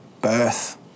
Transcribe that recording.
birth